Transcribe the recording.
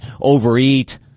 overeat